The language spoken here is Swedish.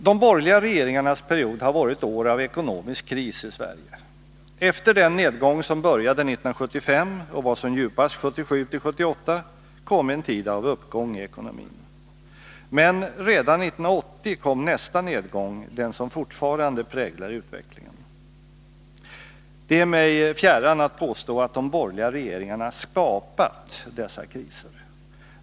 De borgerliga regeringarnas period har varit år av ekonomisk kris i Sverige. Efter den nedgång som började 1975 och var som djupast 1977-1978 kom en tid av uppgång i ekonomin. Men redan 1980 kom nästa nedgång, den Nr 92 som fortfarande präglar utvecklingen. Det är mig fjärran att påstå att de borgerliga regeringarna skapat dessa kriser.